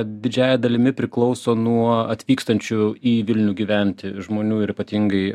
didžiąja dalimi priklauso nuo atvykstančių į vilnių gyventi žmonių ir ypatingai